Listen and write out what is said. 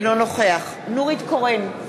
אינו נוכח נורית קורן,